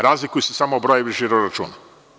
Razlikuju se samo brojevi žiro računa.